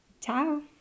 Ciao